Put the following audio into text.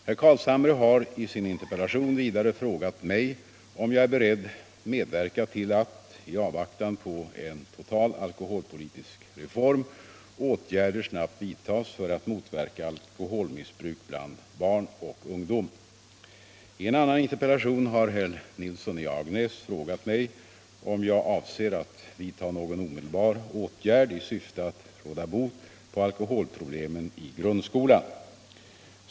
Herr Carlshamre har i sin interpellation vidare frågat mig om jag är beredd medverka till att, i avvaktan på en total alkoholpolitisk reform, åtgärder snabbt vidtas för att motverka alkoholmissbruk bland barn och ungdom. I en annan interpellation har herr Nilsson i Agnäs frågat mig om jag avser att vidta någon omedelbar åtgärd i syfte att råda bot på alkoholproblemen i grundskolan.